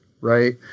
right